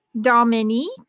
Dominique